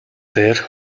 дээр